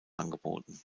angeboten